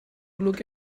look